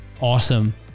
awesome